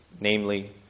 namely